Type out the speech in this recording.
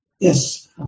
Yes